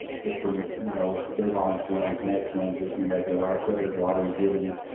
just some you know big arm swings, neck swings, loosen their neck up. like i said, there's a lot of rigidity,